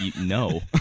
no